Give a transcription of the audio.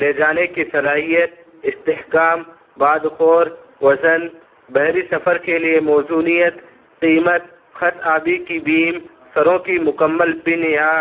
لے جانے کی صلاحیت استحکام بادخور وزن بحری سفر کے لیے موزونیت قیمت خط آبی کی بیم سروں کی مکمل پن یا